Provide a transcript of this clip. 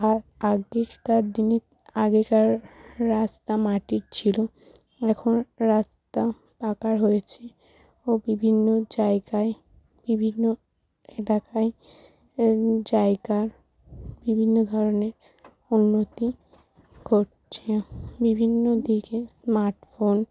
আর আগেকার দিনে আগেকার রাস্তা মাটির ছিল এখন রাস্তা পাকার হয়েছে ও বিভিন্ন জায়গায় বিভিন্ন এলাকায় জায়গা বিভিন্ন ধরনের উন্নতি করছে বিভিন্ন দিকে স্মার্ট ফোন